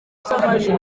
z’amajwi